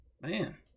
man